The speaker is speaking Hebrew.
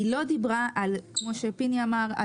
כמו שפיני אמר,